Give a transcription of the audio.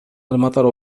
المطر